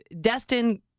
Destin